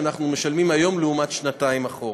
כמעט 2% של עלייה במשכנתה שאנחנו משלמים היום לעומת שנתיים אחורה.